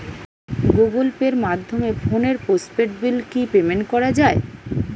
Google পের মাধ্যমে ফোনের পোষ্টপেইড বিল কি পেমেন্ট করা যায়?